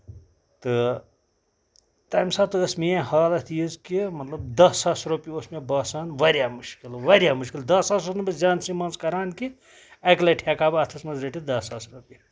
تہٕ تَمہِ ساتہٕ ٲسۍ میٲنۍ حالت یِژھ کہِ مطلب دہ ساس رۄپیہِ اوس مےٚ باسان واریاہ مُشکِل واریاہ مشکِل دہ ساس چھُس نہٕ بہٕ زِہنسٕے منٛز کران کہِ اَکہِ لَٹہِ ہیٚکہ ہا بہٕ اَتھس منٛز رٔٹِتھ دہ ساس رۄپیہِ